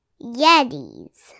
Yetis